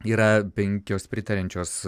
yra penkios pritariančios